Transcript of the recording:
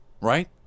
Right